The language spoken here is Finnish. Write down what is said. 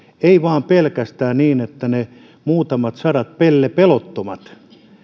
ei vain pelkästään niin että ne muutamat sadat pellepelottomat